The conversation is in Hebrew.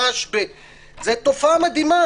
זאת תופעה מדהימה.